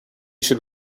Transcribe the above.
should